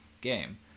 game